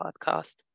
podcast